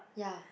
ya